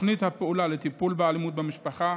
תוכנית הפעולה לטיפול באלימות במשפחה,